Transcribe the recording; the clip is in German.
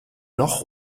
noch